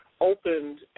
opened